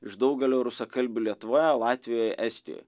iš daugelio rusakalbių lietuvoje latvijoj estijoj